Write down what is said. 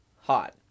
hot